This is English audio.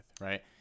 right